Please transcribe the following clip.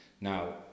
Now